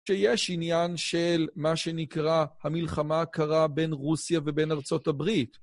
שיש עניין של מה שנקרא המלחמה הקרה בין רוסיה ובין ארצות הברית.